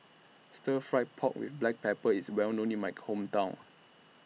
Stir Fried Pork with Black Pepper IS Well known in My Hometown